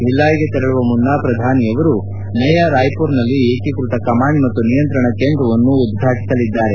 ಭಿಲ್ಲಾಯ್ಗೆ ತೆರಳುವ ಮುನ್ನ ಪ್ರಧಾನಿಯವರು ನಯಾ ರಾಯ್ಪುರ್ನಲ್ಲಿ ಏಕೀಕೃತ ಕಮಾಂಡ್ ಮತ್ತು ನಿಯಂತ್ರಣ ಕೇಂದ್ರವನ್ನು ಉದ್ಘಾಟಸಲಿದ್ದಾರೆ